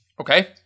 Okay